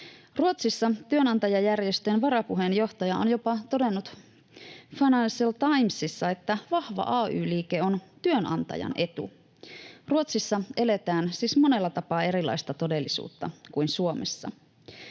Ruotsissa työnantajajärjestöjen varapuheenjohtaja on jopa todennut Financial Timesissa, että vahva ay-liike on työnantajan etu. Ruotsissa eletään siis monella tapaa erilaista todellisuutta kuin Suomessa.